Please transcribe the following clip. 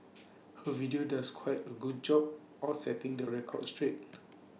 her video does quite A good job of setting the record straight